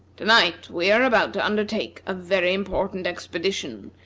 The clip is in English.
to-night we are about to undertake a very important expedition,